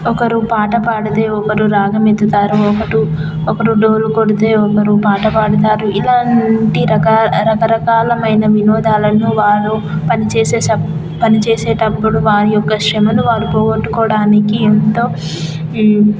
ఒకరు పాట పాడితే ఒకరు రాగం ఎత్తుతారు ఒకరు ఒకరు డోలు కొడితే ఒకరు పాట పాడుతారు ఇలాంటి రకాల రకరకాలమైన వినోదాలను వారు పని చేసేసా పని చేసేటప్పుడు వారి యొక్క శ్రమను వాళ్ళు పోగొట్టుకోడానికి ఎంతో